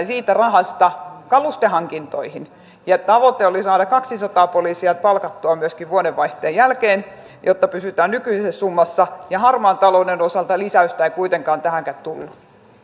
siitä rahasta laitetaan kalustehankintoihin tavoite oli saada kaksisataa poliisia palkattua myöskin vuodenvaihteen jälkeen jotta pysytään nykyisessä summassa ja harmaan talouden osalta lisäystä ei kuitenkaan tähänkään tullut